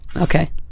Okay